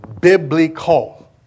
biblical